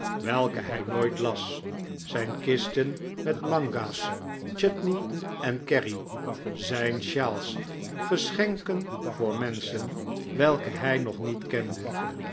welke hij nooit las zijn kisten met manga's chutney en kerry zijn sjaals geschenken voor menschen welke hjj nog niet kende